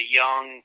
young